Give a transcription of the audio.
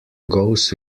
goes